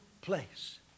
place